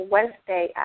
Wednesday